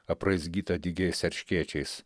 apraizgytą dygiais erškėčiais